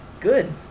good